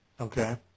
Okay